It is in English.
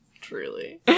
Truly